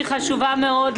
שהיא חשובה מאוד,